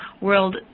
World